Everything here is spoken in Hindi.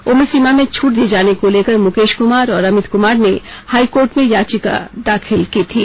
उम्र सीमा में छूट दिये जाने को लेकर मुकेश कुमार और अमित कुमार ने हाईकोर्ट में याचिका दाखिल की थी